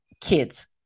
kids